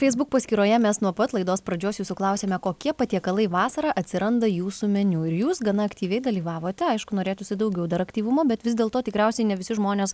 feisbuk paskyroje mes nuo pat laidos pradžios jūsų klausėme kokie patiekalai vasarą atsiranda jūsų meniu ir jūs gana aktyviai dalyvavote aišku norėtųsi daugiau dar aktyvumo bet vis dėl to tikriausiai ne visi žmonės